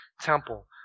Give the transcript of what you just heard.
temple